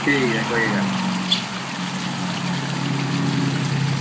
ठीक ऐ कोई गल्ल निं